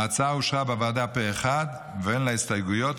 ההצעה אושרה בוועדה פה אחד ואין לה הסתייגויות.